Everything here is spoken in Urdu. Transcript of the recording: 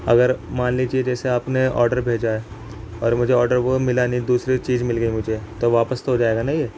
اگر مان لیجیے جیسے آپ نے آڈر بھیجا ہے اور مجھے آڈر وہ ملا نہیں دوسری چیز مل گئی مجھے تو واپس تو ہو جائے گا نا یہ